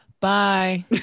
Bye